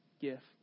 gift